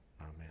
amen